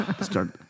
start